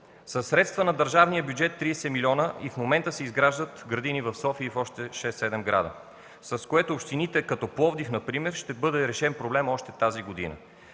средства на държавния бюджет – 30 милиона, и в момента се изграждат градини в София и в още 6-7 града, с което общините, като Пловдив например, ще бъде решен проблемът още тази година.